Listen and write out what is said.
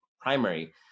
primary